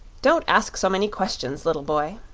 don't ask so many questions, little boy.